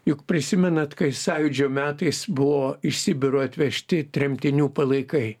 juk prisimenate kai sąjūdžio metais buvo iš sibiro atvežti tremtinių palaikai